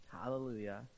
Hallelujah